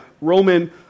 Roman